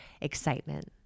excitement